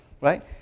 right